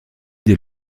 des